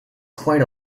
quite